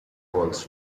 falls